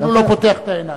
אפילו לא פותח את העיניים.